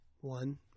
one